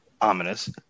ominous